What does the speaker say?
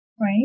right